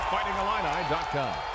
FightingIllini.com